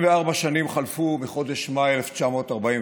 74 שנים חלפו מחודש מאי 1945,